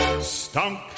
stunk